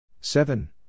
Seven